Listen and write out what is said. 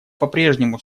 попрежнему